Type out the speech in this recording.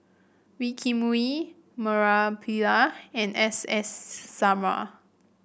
Wee Kim Wee Murali Pillai and S S Sarma